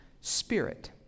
spirit